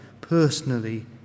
personally